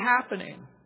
happening